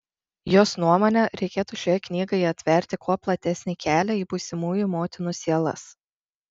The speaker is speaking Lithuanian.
jos nuomone reikėtų šiai knygai atverti kuo platesnį kelią į būsimųjų motinų sielas